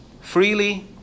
freely